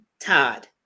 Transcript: Todd